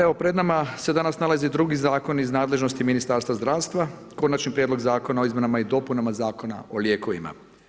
Evo pred nama se danas nalazi drugi zakon iz nadležnosti Ministarstva zdravstva Konačni prijedlog zakona o izmjenama i dopunama Zakona o lijekovima.